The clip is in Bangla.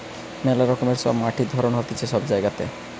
মেলা রকমের সব মাটির ধরণ হতিছে সব জায়গাতে